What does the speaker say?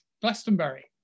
Glastonbury